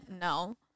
No